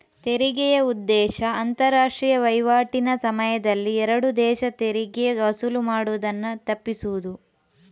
ತೆರಿಗೆಯ ಉದ್ದೇಶ ಅಂತಾರಾಷ್ಟ್ರೀಯ ವೈವಾಟಿನ ಸಮಯದಲ್ಲಿ ಎರಡು ದೇಶ ತೆರಿಗೆ ವಸೂಲು ಮಾಡುದನ್ನ ತಪ್ಪಿಸುದು